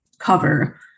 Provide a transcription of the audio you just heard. cover